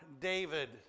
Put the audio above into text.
David